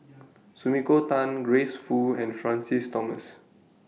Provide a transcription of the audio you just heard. Sumiko Tan Grace Fu and Francis Thomas